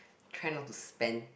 try not to spend